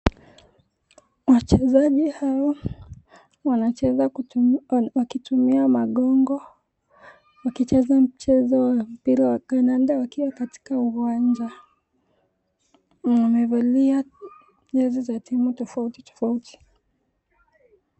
Wachesaji hawa wanacheza wakitumia makongo wakicheza mchezo wa mpira ya kandanda wakiwa katika uwanja wamevalia jezi za timu tafauti